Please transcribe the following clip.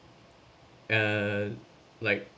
uh like